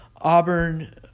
Auburn